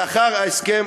לאחר ההסכם,